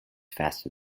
faster